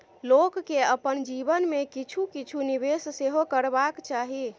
लोककेँ अपन जीवन मे किछु किछु निवेश सेहो करबाक चाही